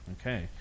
Okay